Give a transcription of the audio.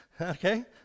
Okay